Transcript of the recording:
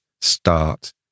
start